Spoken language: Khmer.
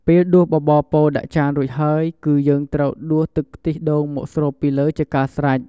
ពេលដួសបបរពោតដាក់ចានរួចហើយគឺយើងត្រូវដួសទឹកខ្ទិះដូងមកស្រូបពីលើជាការស្រេច។